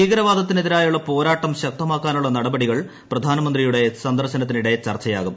ഭീകരവാദത്തിനെതിരെയുള്ള പോരാട്ടം ശക്തമാക്കാനുള്ള നടപടികൾ പ്രധാനമന്ത്രിയുടെ സന്ദർശനത്തിനിടെ ചർച്ചയാകും